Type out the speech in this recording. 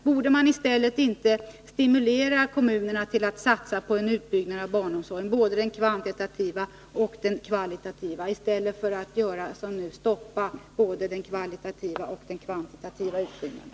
Borde man inte stimulera kommunerna till att satsa på en utbyggnad av barnomsorgen, både den kvantitativa och den kvalitativa, i stället för att göra som nu och stoppa både den kvalitativa och den kvantitativa utbyggnaden?